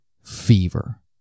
fever